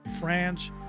france